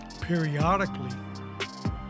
periodically